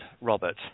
Robert